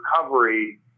recovery